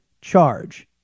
charge